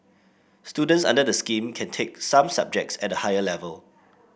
students under the scheme can take some subjects at a higher level